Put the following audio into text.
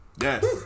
Yes